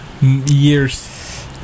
years